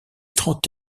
trente